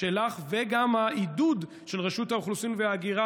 וגם העידוד של רשות האוכלוסין וההגירה